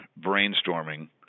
brainstorming